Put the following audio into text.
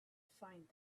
find